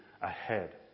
ahead